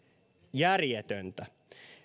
järjetöntä